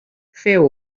feu